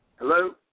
Hello